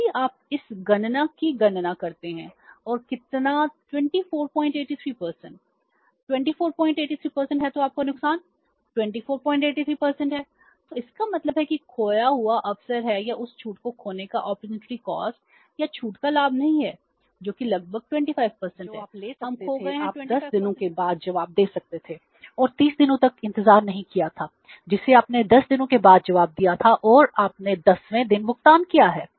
यदि आप इस गणना की गणना करते हैं और कितना 2483 2483 है तो आपका नुकसान 2483 है तो इसका मतलब है कि खोया हुआ अवसर है या उस छूट को खोने का अपॉर्चुनिटी कॉस्ट या छूट का लाभ नहीं है जो कि लगभग 25 है हम खो गए हैं 25 का लाभ जो आप ले सकते थे आप 10 दिनों के बाद जवाब दे सकते थे और 30 दिनों तक इंतजार नहीं किया था जिसे आपने 10 दिनों के बाद जवाब दिया था और आपने 10वें दिन भुगतान किया है